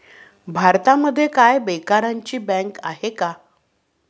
भारतामध्ये काय बेकारांची बँक आहे का?